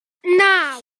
naw